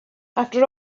after